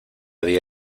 día